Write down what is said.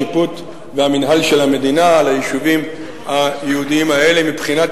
השיפוט והמינהל של המדינה על היישובים היהודיים האלה מבחינת